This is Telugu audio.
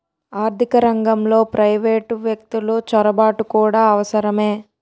ఆర్థిక రంగంలో ప్రైవేటు వ్యక్తులు చొరబాటు కూడా అవసరమే